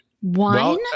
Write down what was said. One